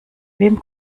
wem